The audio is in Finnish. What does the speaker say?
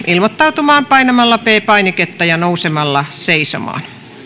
ilmoittautumaan painamalla p painiketta ja nousemalla seisomaan